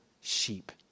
sheep